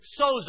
sozo